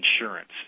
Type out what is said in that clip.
insurance